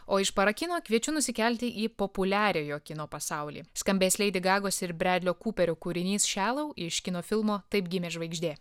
o iš para kino kviečiu nusikelti į populiariojo kino pasaulį skambės leidi gagosi ir bredlio kuperio kūrinys šelau iš kino filmo taip gimė žvaigždė